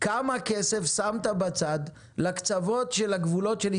אני שואל כמה כסף שמת בצד לטובת השקעה בהייטק בקצוות של ישראל.